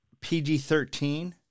PG-13